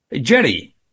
Jerry